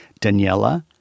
Daniela